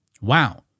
Wow